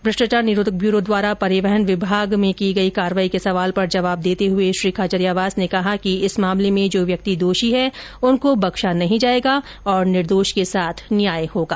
भ्रष्टाचार निरोधक ब्यूरो द्वारा परिवहन विभाग में की गई कार्रवाई के सवाल पर जवाब देते हुए श्री खाचरियावास ने कहा कि इस मामले में जो व्यक्ति दोषी हैं उनको बख्शा नहीं जायेगा और निर्दोष के साथ न्याय होगा